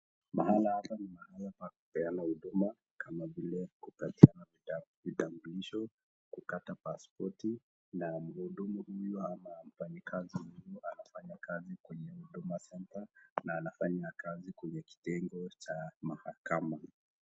Mahala hapa ni mahala pa kupeana huduma kama vile kupatiana vitambulisho , kukata pasipoti na mhudumu huyu ama mfanyikazi huyu anafanya kazi kwenye Huduma Centre na anafanya kazi kwenye kitengo cha mahakama.